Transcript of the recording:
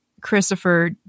Christopher